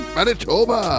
Manitoba